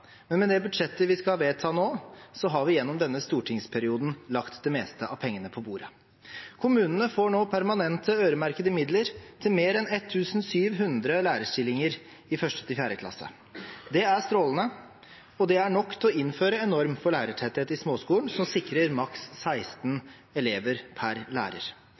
men med det budsjettet vi skal vedta nå, har vi gjennom denne stortingsperioden lagt det meste av pengene på bordet. Kommunene får nå permanente øremerkede midler til mer enn 1 700 lærerstillinger i 1.–4. klasse. Det er strålende, og det er nok til å innføre en norm for lærertetthet i småskolen som sikrer maks 16 elever per lærer.